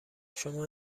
شما